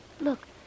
Look